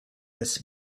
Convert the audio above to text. this